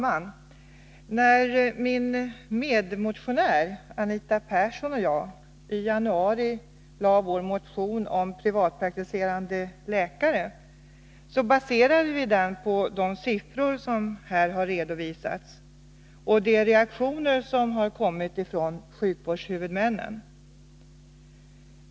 Herr talman! När Anita Persson och jag i januari väckte vår motion om privatpraktiserande läkare baserade vi den på de siffror som här har redovisats och på de reaktioner som har kommit från sjukvårdshuvudmännen.